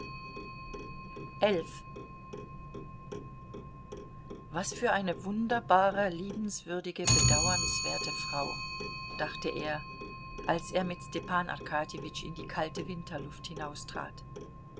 was für eine wunderbare liebenswürdige bedauernswerte frau dachte er als er mit stepan arkadjewitsch in die kalte winterluft hinaustrat